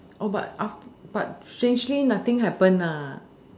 but after but strangely nothing happen ah